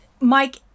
mike